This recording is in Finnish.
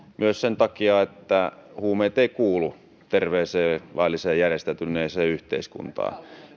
myös sen takia että huumeet eivät kuulu terveeseen lailliseen ja järjestäytyneeseen yhteiskuntaan